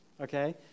okay